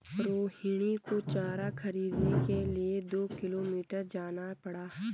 रोहिणी को चारा खरीदने के लिए दो किलोमीटर जाना पड़ा